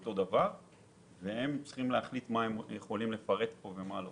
אותו דבר אבל אני לא יודע אם אפשר לפרט זאת כאן.